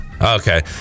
okay